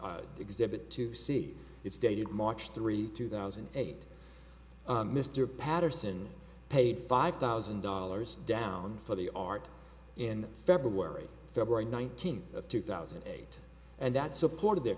exhibit to see it's dated march three two thousand and eight mr patterson paid five thousand dollars down for the art in february february nineteenth of two thousand and eight and that supported their